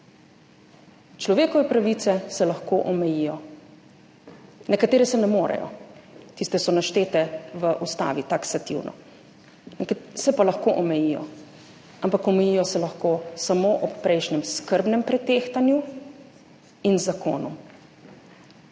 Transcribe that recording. Človekove pravice se lahko omejijo. Nekatere se ne morejo, tiste so naštete v ustavi, taksativno. Nekatere se pa lahko omejijo, ampak omejijo se lahko samo ob prejšnjem skrbnem tehtanju in z zakonom.